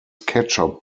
ketchup